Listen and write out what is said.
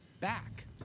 back?